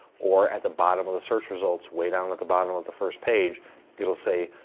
or at the bottom of the search results, way down at the bottom of the first page it'll say,